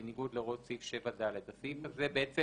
בניגוד להוראות סעיף 7ד," הסעיף הזה בעצם